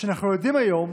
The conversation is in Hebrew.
שאנחנו יודעים היום